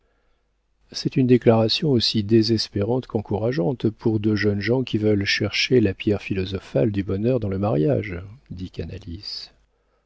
c'est une déclaration aussi désespérante qu'encourageante pour deux jeunes gens qui veulent chercher la pierre philosophale du bonheur dans le mariage dit